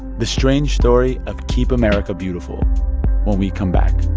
the strange story of keep america beautiful when we come back